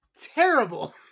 terrible